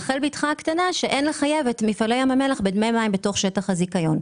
כתוב שאין לחייב את מפעלי ים המלח בדמי מים בתוך שטח הזיכיון.